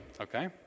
okay